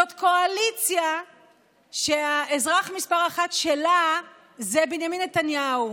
זאת קואליציה שהאזרח מספר אחת שלה זה בנימין נתניהו,